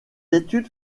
études